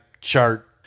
chart